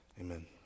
amen